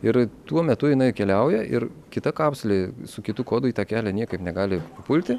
ir tuo metu jinai keliauja ir kita kapsulė su kitu kodu į tą kelią niekaip negali papulti